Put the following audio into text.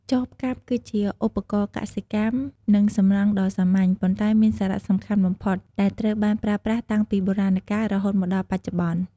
ចបកាប់ គឺជាឧបករណ៍កសិកម្ម និងសំណង់ដ៏សាមញ្ញ ប៉ុន្តែមានសារៈសំខាន់បំផុត ដែលត្រូវបានប្រើប្រាស់តាំងពីបុរាណកាលរហូតមកដល់បច្ចុប្បន្ន។